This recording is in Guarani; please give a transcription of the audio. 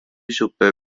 chupe